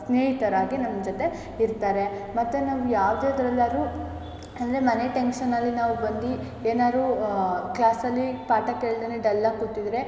ಸ್ನೇಹಿತರಾಗಿ ನಮ್ಮ ಜೊತೆ ಇರ್ತಾರೆ ಮತ್ತು ನಾವು ಯಾವುದ್ರಲ್ಲಾದ್ರು ಅಂದರೆ ಮನೆ ಟೆನ್ಷನ್ನಿನಲ್ಲಿ ನಾವು ಬಂದು ಏನಾದ್ರು ಕ್ಲಾಸಲ್ಲಿ ಪಾಠ ಕೇಳದೆಯೇ ಡಲ್ಲಾಗಿ ಕೂತಿದ್ದರೆ